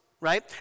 right